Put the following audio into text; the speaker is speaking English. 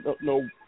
No